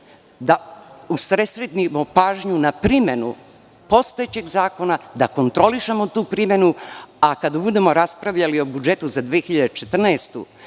da usredsredimo pažnju na primenu postojećeg zakona, da kontrolišemo tu primenu, a kada budemo raspravljali o budžetu za 2014.